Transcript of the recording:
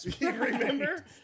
Remember